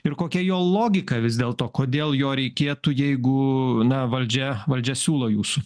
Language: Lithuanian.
ir kokia jo logika vis dėlto kodėl jo reikėtų jeigu na valdžia siūlo jūsų